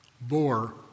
bore